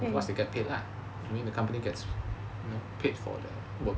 what's the capital lah I mean the company gets paid for the work